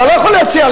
אתה לא יכול להציע,